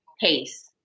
pace